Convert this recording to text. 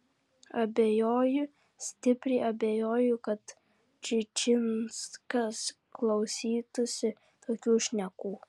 abejoju stipriai abejoju kad čičinskas klausytųsi tokių šnekų